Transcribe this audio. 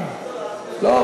לא.